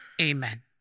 Amen